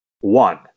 One